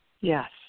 yes